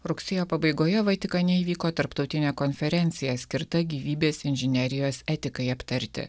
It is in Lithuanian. rugsėjo pabaigoje vatikane įvyko tarptautinė konferencija skirta gyvybės inžinerijos etikai aptarti